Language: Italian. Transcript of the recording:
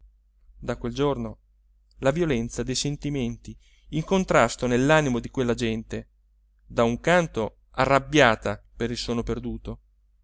da quel giorno la violenza dei sentimenti in contrasto nell'animo di quella gente da un canto arrabbiata per il sonno perduto